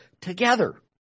together